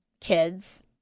kids